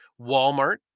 Walmart